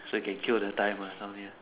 so you can kill the time uh down here